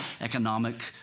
economic